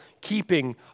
keeping